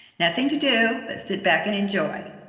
nothing to do but sit back and enjoy